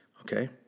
Okay